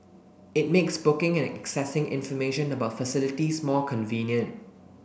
it makes booking and accessing information about facilities more convenient